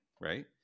right